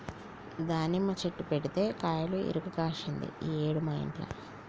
దానిమ్మ చెట్టు పెడితే కాయలు ఇరుగ కాశింది ఈ ఏడు మా ఇంట్ల